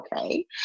okay